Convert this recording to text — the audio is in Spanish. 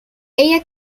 ella